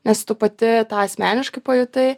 nes tu pati tą asmeniškai pajutai